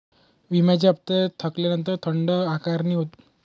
विम्याचा हफ्ता थकल्यानंतर दंड आकारणी होते का?